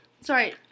sorry